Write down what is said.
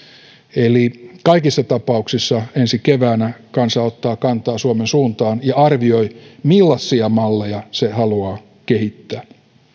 eli kaikissa tapauksissa ensi keväänä kansa ottaa kantaa suomen suuntaan ja arvioi millaisia malleja se haluaa kehittää